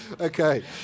Okay